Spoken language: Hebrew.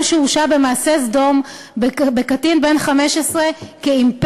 שהורשע במעשה סדום בקטין בן 15 כ"אימפריה".